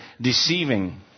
deceiving